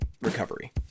recovery